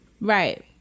right